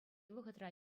вӑхӑтра